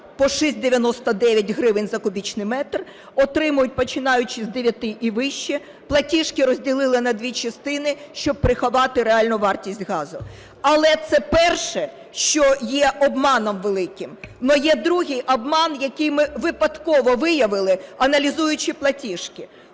по 6,99 гривень за кубічний метр, отримують, починаючи з 9 і вище, платіжки розділили на дві частини, щоб приховати реальну вартість газу. Але це перше, що є обманом великим. Але є другий обман, який ми випадково виявили, аналізуючи платіжки.